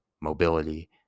mobility